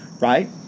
right